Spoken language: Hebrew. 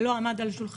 זה לא עמד על השולחן,